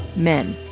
men.